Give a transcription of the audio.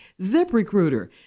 ZipRecruiter